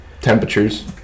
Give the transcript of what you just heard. temperatures